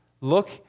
Look